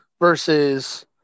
versus